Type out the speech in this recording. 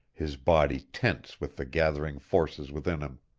his body tense with the gathering forces within him.